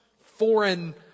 foreign